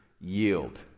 yield